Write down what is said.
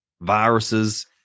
viruses